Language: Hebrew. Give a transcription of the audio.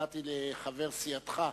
נתתי לחבר סיעתך הבכיר,